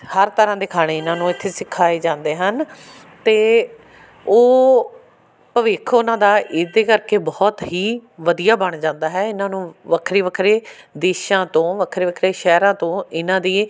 ਹਰ ਤਰ੍ਹਾਂ ਦੇ ਖਾਣੇ ਇਹਨਾਂ ਨੂੰ ਇੱਥੇ ਸਿਖਾਏ ਜਾਂਦੇ ਹਨ ਅਤੇ ਉਹ ਭਵਿੱਖ ਉਹਨਾਂ ਦਾ ਇਹਦੇ ਕਰਕੇ ਬਹੁਤ ਹੀ ਵਧੀਆ ਬਣ ਜਾਂਦਾ ਹੈ ਇਹਨਾਂ ਨੂੰ ਵੱਖਰੇ ਵੱਖਰੇ ਦੇਸ਼ਾਂ ਤੋਂ ਵੱਖਰੇ ਵੱਖਰੇ ਸ਼ਹਿਰਾਂ ਤੋਂ ਇਹਨਾਂ ਦੀ